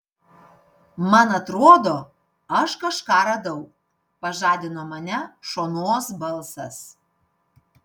man atrodo aš kažką radau pažadino mane šonos balsas